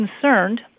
concerned